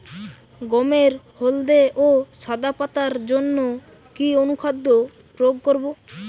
গমের হলদে ও সাদা পাতার জন্য কি অনুখাদ্য প্রয়োগ করব?